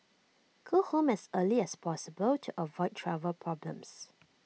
go home as early as possible to avoid travel problems